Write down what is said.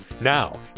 Now